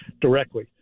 directly